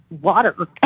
water